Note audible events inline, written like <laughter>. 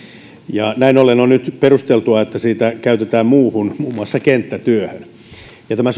ja näin ollen on nyt perusteltua että sitä käytetään muuhun muun muassa kenttätyöhön tämä <unintelligible>